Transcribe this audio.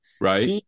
Right